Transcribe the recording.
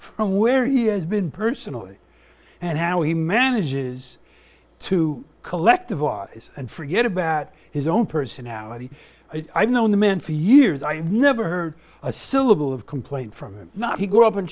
from where he has been personally and how he manages to collectivize and forget about his own personality i've known the man for years i've never heard a syllable of complaint from him not he grew up in